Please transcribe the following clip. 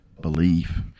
belief